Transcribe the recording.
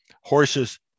horses